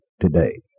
today